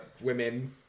Women